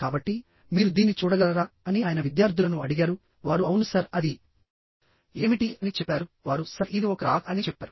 కాబట్టి మీరు దీన్ని చూడగలరా అని ఆయన విద్యార్థులను అడిగారు వారు అవును సర్ అది ఏమిటి అని చెప్పారువారు సర్ ఇది ఒక రాక్ అని చెప్పారు